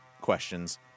questions